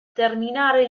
terminare